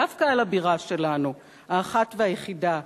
דווקא על הבירה שלנו, האחת והיחידה,